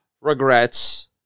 regrets